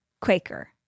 Quaker